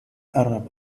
arab